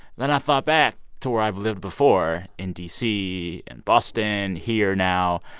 then i thought back to where i've lived before in d c. and boston, here now.